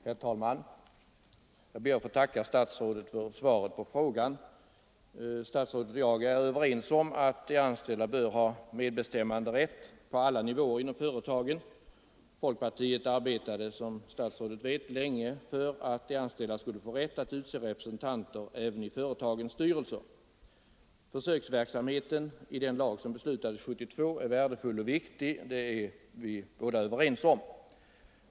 Herr talman! Jag ber att få tacka statsrådet för svaret på min fråga. Statsrådet och jag är överens om att de anställda bör ha medbestämmanderätt på alla nivåer inom företagen. Folkpartiet arbetade, som statsrådet vet, länge för att de anställda skulle få rätt att utse representanter även i företagens styrelser. Försöksverksamheten enligt den lag som beslutades 1972 är värdefull och viktig — det är vi båda överens om.